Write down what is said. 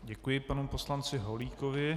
Děkuji panu poslanci Holíkovi.